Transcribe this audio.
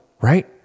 right